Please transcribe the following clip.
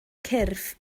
cyrff